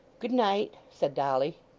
good night said dolly.